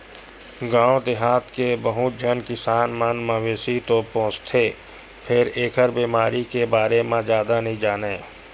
गाँव देहाथ के बहुत झन किसान मन मवेशी तो पोसथे फेर एखर बेमारी के बारे म जादा नइ जानय